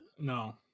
No